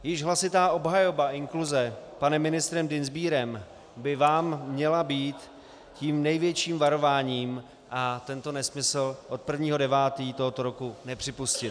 Již hlasitá obhajoba inkluze panem ministrem Dienstbierem by vám měla být tím největším varováním a tento nesmysl od 1. 9. tohoto roku nepřipustit.